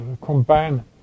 combine